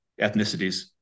ethnicities